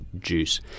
juice